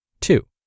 Two